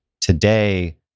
Today